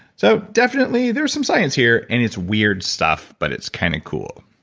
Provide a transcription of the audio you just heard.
so definitely there's some science here and it's weird stuff but it's kind of cool.